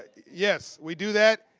yes, we do that.